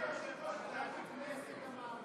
אנחנו עוברים, תענה לנו.